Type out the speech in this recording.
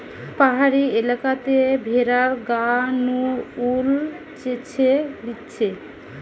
পাহাড়ি এলাকাতে ভেড়ার গা নু উল চেঁছে লিছে